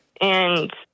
and-